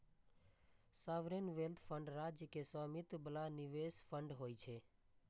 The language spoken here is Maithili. सॉवरेन वेल्थ फंड राज्य के स्वामित्व बला निवेश फंड होइ छै